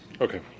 Okay